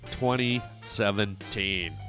2017